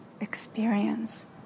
experience